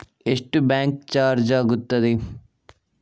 ಎಷ್ಟು bank charge ಆಗುತ್ತದೆ?